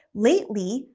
lately,